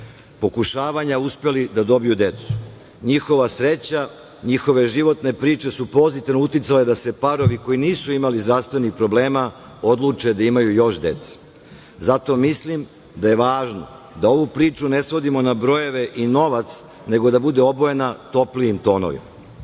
pokušavanja uspeli da dobiju decu. Njihova sreća, njihove životne priče su pozitivno uticale da se parovi koji nisu imali zdravstvenih problema odluče da imaju još dece. Zato mislim da je važno da ovu priču ne svodimo na brojeve i novac, nego da bude obojena toplijim tonovima. Rebalans